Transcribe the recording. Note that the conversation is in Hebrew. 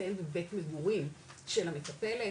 מתקיים בבית מגורים של המטפלת,